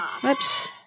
Whoops